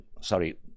Sorry